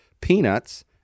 Peanuts